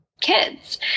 kids